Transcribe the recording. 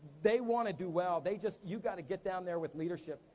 they wanna do well, they just, you gotta get down there with leadership,